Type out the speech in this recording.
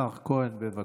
השר כהן, בבקשה,